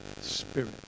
Spirit